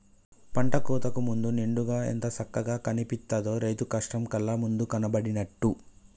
పంట కోతకు ముందు నిండుగా ఎంత సక్కగా కనిపిత్తదో, రైతు కష్టం కళ్ళ ముందు కనబడినట్టు